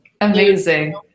Amazing